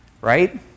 right